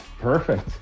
perfect